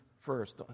first